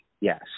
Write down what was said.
Yes